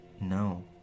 no